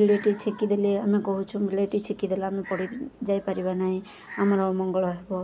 ବିଲେଇଟି ଛିକିଦେଲେ ଆମେ କହୁଛୁ ବିଲେଇଟି ଛେକି ଦେଲା ଆମେ ପଡ଼ି ଯାଇପାରିବା ନାହିଁ ଆମର ଅମଙ୍ଗଳ ହେବ